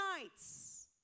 nights